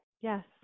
Yes